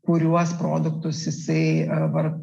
kuriuos produktus jisai dabar